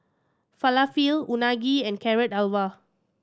Falafel Unagi and Carrot Halwa